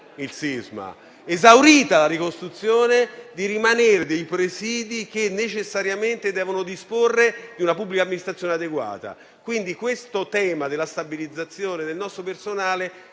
Comuni, esaurita la ricostruzione, di mantenere dei presidi, che necessariamente devono disporre di una pubblica amministrazione adeguata. Il tema della stabilizzazione del nostro personale